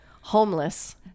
Homeless